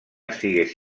estigués